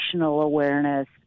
awareness